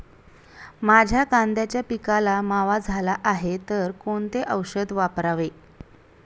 माझ्या कांद्याच्या पिकाला मावा झाला आहे तर कोणते औषध वापरावे?